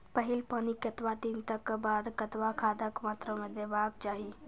पहिल पानिक कतबा दिनऽक बाद कतबा खादक मात्रा देबाक चाही?